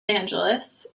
angeles